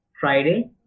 Friday